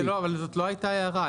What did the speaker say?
אבל זאת לא הייתה ההערה.